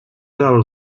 del